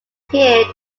appeared